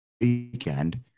weekend